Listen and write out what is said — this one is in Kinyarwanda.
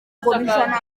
ngomijana